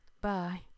Bye